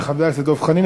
תודה לחבר הכנסת דב חנין.